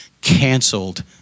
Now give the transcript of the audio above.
canceled